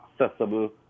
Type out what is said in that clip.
accessible